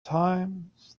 times